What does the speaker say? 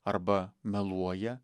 arba meluoja